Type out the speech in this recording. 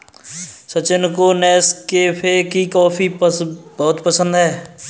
सचिन को नेस्कैफे की कॉफी बहुत पसंद है